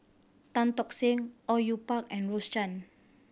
Tan Tock Seng Au Yue Pak and Rose Chan